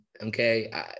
okay